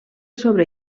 sobre